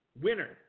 winner